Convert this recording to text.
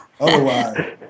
Otherwise